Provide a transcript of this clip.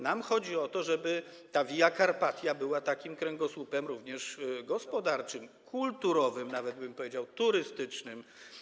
Nam chodzi o to, żeby Via Carpatia była takim kręgosłupem również gospodarczym, kulturowym, nawet bym powiedział, turystycznym.